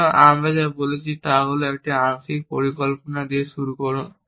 সুতরাং আমরা যা বলছি তা হল আমরা একটি আংশিক পরিকল্পনা দিয়ে শুরু করব